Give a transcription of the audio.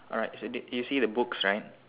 alright so you you see the books right